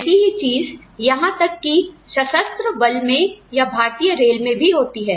ऐसी ही चीज यहां तक कि सशस्त्र बल में या भारतीय रेल में भी होती हैं